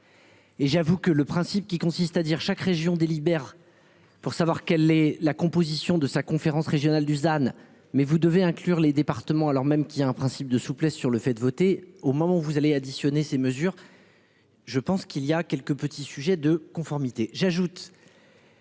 Et j'avoue que le principe qui consiste à dire, chaque région. Pour savoir quelle est la composition de sa conférence régionale Dusan mais vous devez inclure les départements alors même qu'il y a un principe de souplesse sur le fait de voter au moment où vous allez additionner ces mesures. Je pense qu'il y a quelques petits sujets de conformité.